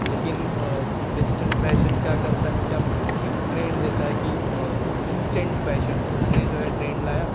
लेकिन western fashion का करता है कि आपको एक ट्रेंड देता है कि आपको इंस्टेंट फैशन उसने जो है ट्रेंड लाया